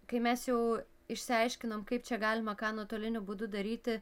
kai mes jau išsiaiškinom kaip čia galima ką nuotoliniu būdu daryti